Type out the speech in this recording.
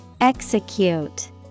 Execute